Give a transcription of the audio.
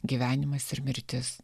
gyvenimas ir mirtis